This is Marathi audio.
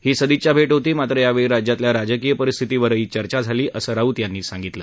ही सदिच्छा भेट होती मात्र यावेळी राज्यातल्या राजकीय परिस्थितीवरही चर्चा झाली असं राऊत यांनी सांगितलं